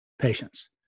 patients